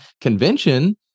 convention